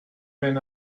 when